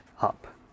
up